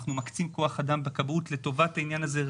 אנחנו מקצים כוח אדם בכבאות לטובת העניין הזה,